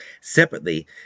Separately